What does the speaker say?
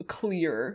clear